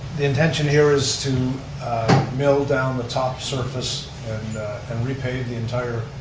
the intention here is to mill down the top surface and repave the entire,